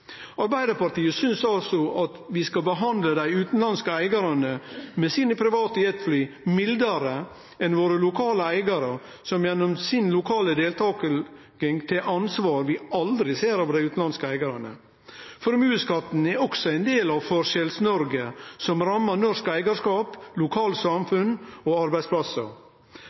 Arbeidarpartiet synest altså at vi skal behandle dei utanlandske eigarane med sine private jetfly mildare enn våre lokale eigarar, som gjennom si lokale deltaking tar ansvar vi aldri ser av dei utanlandske eigarane. Formuesskatten er også ein del av Forskjells-Noreg, som rammar norsk eigarskap, lokalsamfunn og arbeidsplassar.